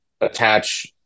attach